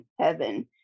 heaven